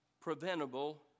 preventable